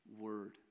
word